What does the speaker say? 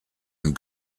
and